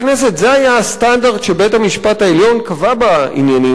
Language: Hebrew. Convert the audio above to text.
זה היה הסטנדרט שבית-המשפט העליון קבע בעניינים האלה,